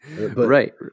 Right